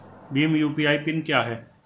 Bhim UPI PIN क्या है?